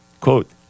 quote